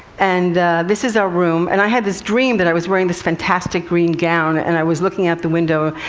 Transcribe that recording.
and this is our room. and i had this dream that i was wearing this fantastic green gown, and i was looking out the window,